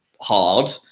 hard